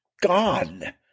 God